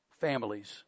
families